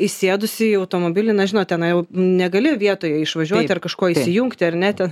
įsėdusi į automobilį na žinot tenai jau negali vietoje išvažiuoti ar kažko įsijungti ar ne ten